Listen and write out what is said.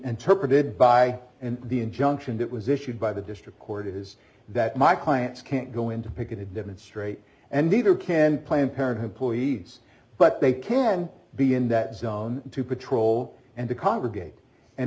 interpreted by and the injunction that was issued by the district court is that my clients can't go into picket to demonstrate and either can planned parenthood police but they can be in that zone to patrol and to congregate and